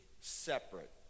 separate